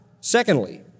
Secondly